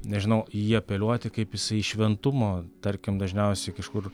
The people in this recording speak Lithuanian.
nežinau į jį apeliuoti kaip jisai šventumo tarkim dažniausiai kažkur